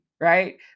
right